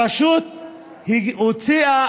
הרשות הוציאה